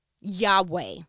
Yahweh